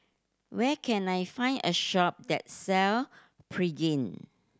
where can I find a shop that sell Pregain